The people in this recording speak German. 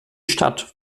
stadt